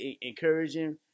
encouraging